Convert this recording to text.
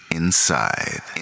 inside